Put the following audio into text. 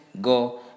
go